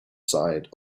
side